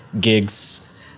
gigs